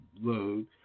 load